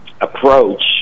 approach